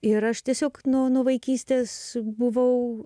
ir aš tiesiog nuo vaikystės buvau